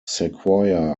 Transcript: sequoia